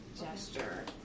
gesture